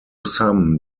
some